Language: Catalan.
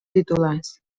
titulars